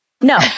no